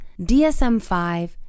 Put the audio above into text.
DSM-5